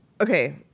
Okay